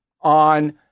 on